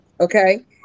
Okay